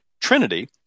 Trinity